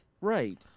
right